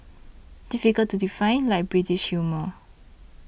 difficult to define like British humour